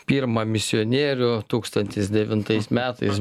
pirmą misionierių tūkstantis devintais metais